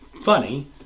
funny